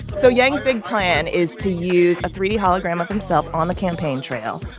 so yang's big plan is to use a three d hologram of himself on the campaign trail.